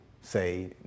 say